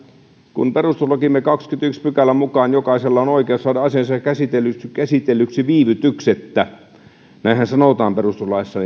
kun perustuslakimme kahdennenkymmenennenensimmäisen pykälän mukaan jokaisella on oikeus saada asiansa käsitellyksi käsitellyksi viivytyksettä näinhän sanotaan perustuslaissa